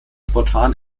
spontan